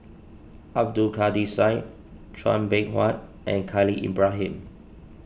Abdul Kadir Syed Chua Beng Huat and Khalil Ibrahim